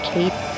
Kate